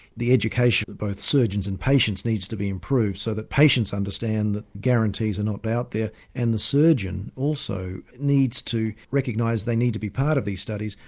the education of both surgeons and patients needs to be improved so that patients understand that guarantees are not out there and the surgeon also needs to recognised they need to be part of these studies.